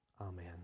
Amen